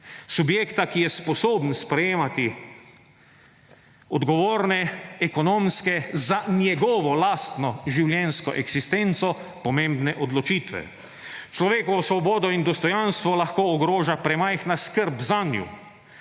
subjekta, ki je sposoben sprejemati odgovorne ekonomske, za njegovo lastno življenjsko eksistenco pomembne odločitve. Človekovo svobodo in dostojanstvo lahko ogroža premajhna skrb zanjo,